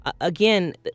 again